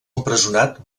empresonat